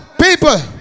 people